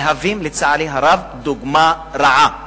מהווים, לצערי הרב, דוגמה רעה.